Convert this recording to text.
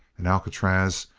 and alcatraz,